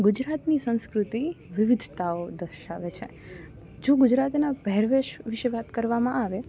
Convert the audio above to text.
ગુજરાતની સંસ્કૃતિ વિવિધતાઓ દર્શાવે છે જો ગુજરાતના પહેરવેશ વિશે વાત કરવામાં આવે